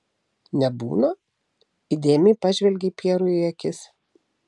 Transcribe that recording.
nebūna įdėmiai pažvelgei pjerui į akis